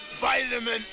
vitamin